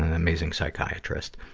and amazing psychiatrist.